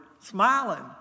smiling